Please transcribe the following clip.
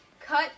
cut